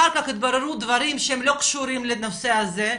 אחר כך התבררו דברים שהם לא קשורים לנושא הזה,